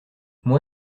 moi